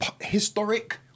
historic